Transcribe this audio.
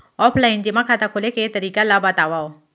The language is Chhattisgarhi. ऑफलाइन जेमा खाता खोले के तरीका ल बतावव?